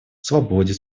свободе